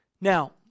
Now